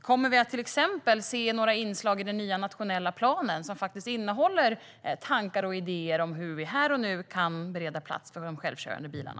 Kommer vi till exempel att i den nya nationella planen se några inslag som innehåller tankar och idéer om hur vi här och nu kan bereda plats för de självkörande bilarna?